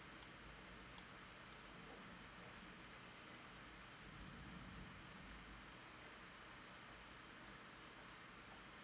mm